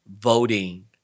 voting